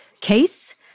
case